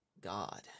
God